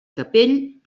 capell